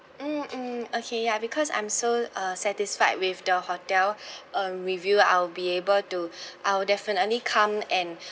mm mm okay ya because I'm so uh satisfied with the hotel uh review I will be able to I will definitely come and